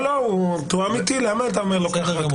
לא, לא, הוא מתואם איתי, למה אתה אומר לו ככה?